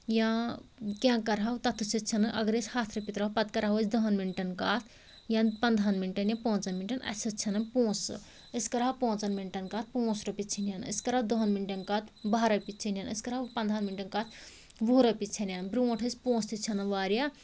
یا کیٚنٛہہ کرہو تتھ ٲسۍ اَسہِ ژھٮ۪نان اگر أسۍ ہَتھ رۄپیہِ ترٛاوو پتہٕ کرہو أسۍ دَہَن مِنٛٹن کَتھ یا پنٛدٕہَن مِنٛٹن یا پانٛژن مِنٛٹن اَسہِ ٲسۍ ژھٮ۪نان پونٛسہٕ أسۍ کرہو پانٛژن مِنٛٹن کَتھ پانٛژھ رۄپیہِ ژھیٚنہِ ہَن أسۍ کرہو دَہن مِںٛٹن کَتھ بَہہ رۄپیہِ ژھیٚنہِ ہَن أسۍ کرہو پنٛدٕہن مِنٛٹن کتھ وُہ رۄپیہِ ژھیٚنہِ ہَن برٛونٛٹھ ٲسۍ پونٛسہٕ تہِ ژھٮ۪نان وارِیاہ